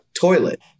toilet